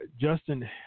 Justin